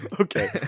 Okay